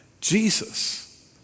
Jesus